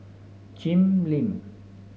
Jim Lim